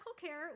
care